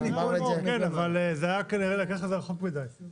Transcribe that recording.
כן אבל הוא כנראה לקח את זה רחוק מדי.